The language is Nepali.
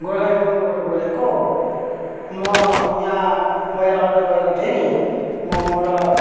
गोर्खै मोमोबाट बोलेको म यहाँ मैले अर्डर गरेको थिएँ नि मोमो र